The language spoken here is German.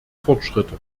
fortschritte